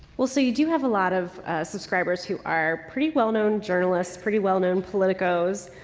well, so, you do have a lot of subscribers who are pretty well-known journalists, pretty well-known politicos.